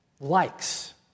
likes